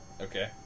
Okay